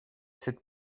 cette